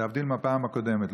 להבדיל מהפעם הקודמת.